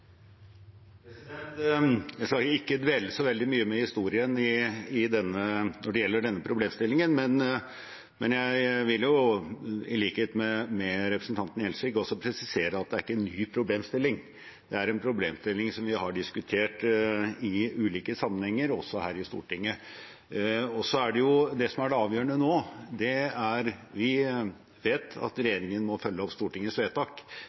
Jeg skal ikke dvele så veldig mye ved historien når det gjelder denne problemstillingen, men jeg vil i likhet med representanten Gjelsvik presisere at det er ikke en ny problemstilling. Det er en problemstilling vi har diskutert i ulike sammenhenger, også her i Stortinget. Vi vet at regjeringen må følge opp Stortingets vedtak, det skulle bare mangle, men det som er avgjørende nå, er å få vite litt mer konkret når Stortinget kan forvente at